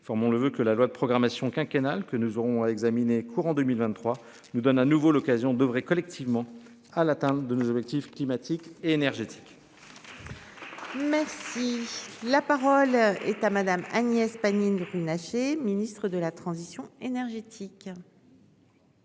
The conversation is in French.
formons le voeu que la loi de programmation quinquennale que nous aurons à examiner courant 2023 nous donne à nouveau l'occasion devrait collectivement à l'atteinte de nos objectifs climatiques et énergétiques. Merci. La parole est à madame Agnès Pannier nager Ministre de la Transition énergétique.